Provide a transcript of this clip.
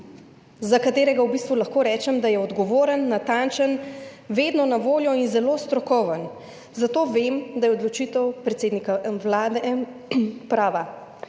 za katerega v bistvu lahko rečem, da je odgovoren, natančen, vedno na voljo in zelo strokoven. Zato vem, da je odločitev predsednika Vlade prava.